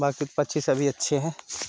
बाकी पक्षी सभी अच्छे हैं